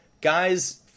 Guys